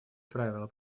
правила